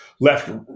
left